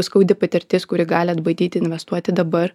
skaudi patirtis kuri gali atbaidyti investuoti dabar